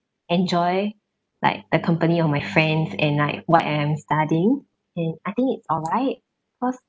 enjoy like the company of my friends and like what I am studying in I think it's all right cause